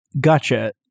Gotcha